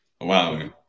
Wow